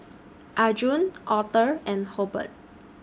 Arjun Author and Hobert